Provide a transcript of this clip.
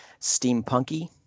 steampunky